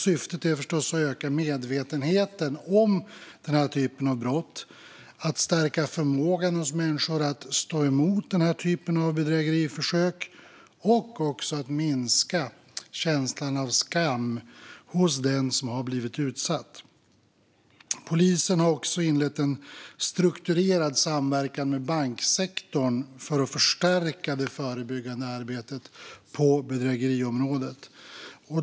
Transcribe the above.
Syftet är att öka medvetenheten om denna typ av brott, stärka förmågan hos människor att stå emot bedrägeriförsök och minska känslan av skam hos den som blivit utsatt. Polisen har även inlett en strukturerad samverkan med banksektorn för att förstärka det förebyggande arbetet på bedrägeriområdet.